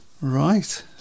right